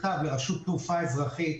פרופ' נדב דוידוביץ.